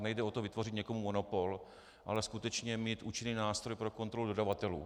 Nejde o to vytvořit někomu monopol, ale skutečně mít účinný nástroj pro kontrolu dodavatelů.